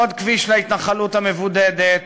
עוד כביש להתנחלות המבודדת,